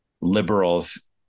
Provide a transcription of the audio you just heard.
liberals